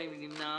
מי נמנע?